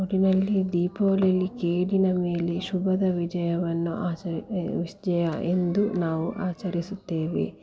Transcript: ಒಟ್ಟಿನಲ್ಲಿ ದೀಪಾವಳಿಯಲ್ಲಿ ಕೇಡಿನ ಮೇಲೆ ಶುಭದ ವಿಜಯವನ್ನು ಆಚರಿಸಿ ಜಯ ಎಂದು ನಾವು ಆಚರಿಸುತ್ತೇವೆ